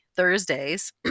Thursdays